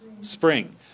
Spring